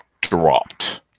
dropped